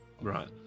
Right